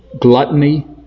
gluttony